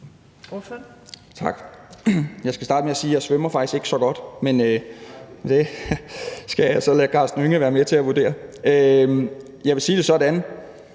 Jeg skal starte med at sige, at jeg svømmer faktisk ikke så godt – men det skal jeg så lade hr. Karsten Hønge være med til at vurdere. Jeg vil sige det sådan: